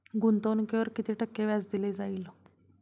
गुंतवणुकीवर किती टक्के व्याज दिले जाईल?